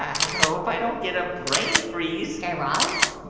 hope i don't get a brain freeze guy raz,